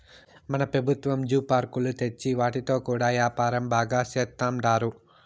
మన పెబుత్వాలు జూ పార్కులు తెచ్చి వాటితో కూడా యాపారం బాగా సేత్తండారు